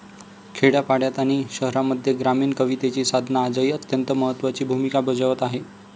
खेड्यापाड्यांत आणि शहरांमध्ये ग्रामीण कवितेची साधना आजही अत्यंत महत्त्वाची भूमिका बजावत आहे